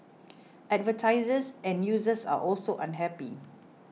advertisers and users are also unhappy